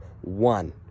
one